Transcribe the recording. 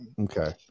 Okay